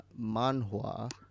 manhua